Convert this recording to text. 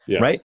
Right